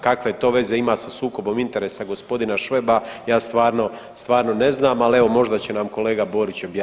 Kakve to veze ima sa sukobom interesa gospodina Šveba, ja stvarno ne znam, ali evo možda će nam kolega Borić objasniti.